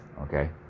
okay